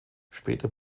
später